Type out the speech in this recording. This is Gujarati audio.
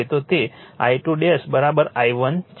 આગળ થોડુંક ટ્રાન્સફોર્મરનું કન્સ્ટ્રકશન છે